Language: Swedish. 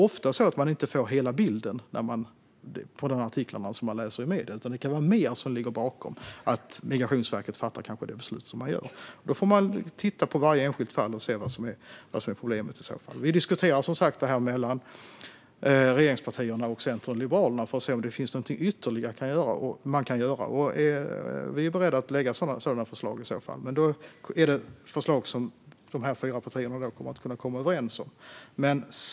Ofta får man dock inte hela bilden när man läser dessa artiklar, utan annat kan ligga bakom att Migrationsverket har fattat sitt beslut. Då får man titta på varje enskilt fall och se vad som är problemet. Regeringen diskuterar som sagt detta med Centern och Liberalerna för att se om det finns något ytterligare vi kan göra, och vi fyra partier är i så fall beredda att lägga fram de förslag som vi kan komma överens om.